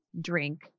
drink